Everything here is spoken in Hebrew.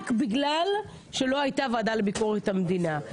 רק בגלל שלא הייתה ועדה לביקורת המדינה.